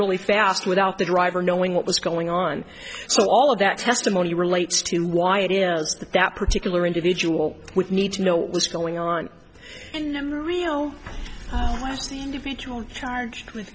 really fast without the driver knowing what was going on so all of that testimony relates to why it is that that particular individual with need to know what's going on and i'm real charged with